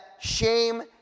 shame